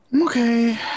Okay